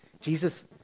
Jesus